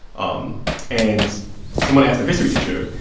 um and someone asked their history teacher,